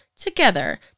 together